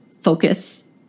focus